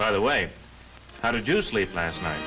by the way how did you sleep last night